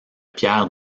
pierre